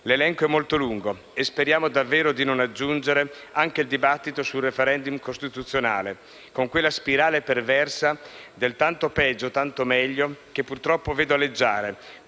l'elenco è molto lungo e speriamo davvero di non aggiungere anche il dibattito sul *referendum* costituzionale, con quella spirale perversa del tanto peggio, tanto meglio che purtroppo vedo aleggiare,